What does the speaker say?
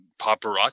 paparazzi